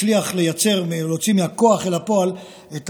תצליח לייצר ולהוציא מהכוח אל הפועל את